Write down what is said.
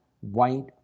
white